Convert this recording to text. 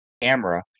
camera